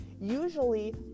usually